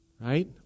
right